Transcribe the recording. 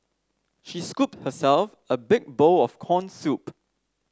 she scooped herself a big bowl of corn soup